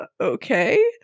okay